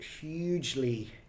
hugely